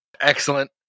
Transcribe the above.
Excellent